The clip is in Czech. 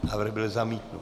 Návrh byl zamítnut.